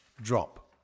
drop